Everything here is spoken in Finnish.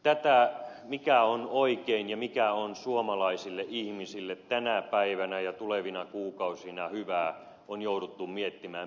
tätä mikä on oikein ja mikä on suomalaisille ihmisille tänä päivänä ja tulevina kuukausina hyvää on jouduttu miettimään perin juurin